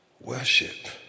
worship